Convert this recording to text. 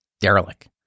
derelict